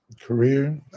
Career